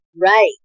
Right